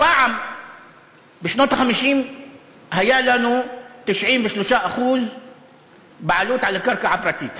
פעם בשנות ה-50 היו לנו 93% בעלות על הקרקע הפרטית,